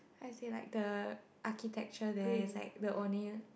how you say like the architecture there is like the only